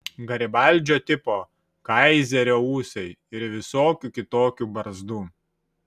garibaldžio tipo kaizerio ūsai ir visokių kitokių barzdų